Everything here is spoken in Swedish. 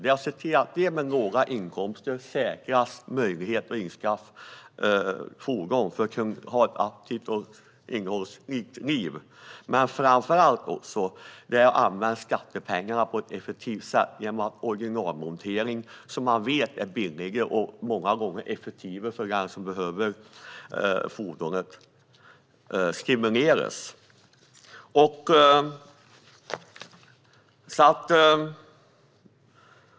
De som har låga inkomster säkras möjlighet att införskaffa fordon så att de kan ha ett aktivt och innehållsrikt liv. Vidare är det fråga om att använda skattepengarna på ett effektivt sätt genom att använda originalmontering. Det är billigare och många gånger effektivare för den som behöver fordonet.